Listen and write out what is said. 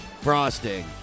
Frosting